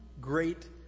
great